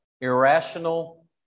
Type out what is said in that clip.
irrational